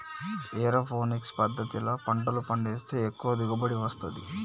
aeroponics పద్దతిల పంటలు పండిస్తే ఎక్కువ దిగుబడి వస్తది